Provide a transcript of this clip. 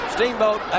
Steamboat